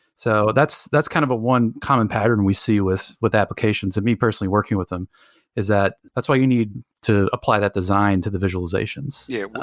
so that's a kind of one common pattern we see with with applications. and me personally working with them is that that's why you need to apply that design to the visualizations yeah.